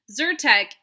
Zyrtec